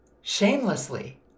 shamelessly